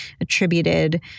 attributed